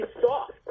soft